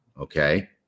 Okay